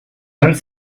vingt